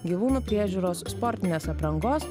gyvūnų priežiūros sportinės aprangos